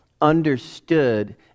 understood